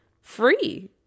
free